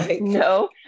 No